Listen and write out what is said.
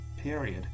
period